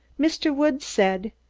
mr. woods said,